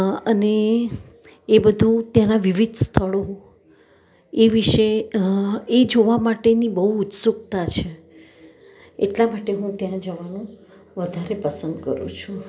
અને એ બધુ ત્યાંનાં વિવિધ સ્થળો એ વિષે એ જોવા માટેની બહુ ઉત્સુકતા છે એટલા માટે હું ત્યાં જવાનું વધારે પસંદ કરું છું